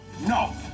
No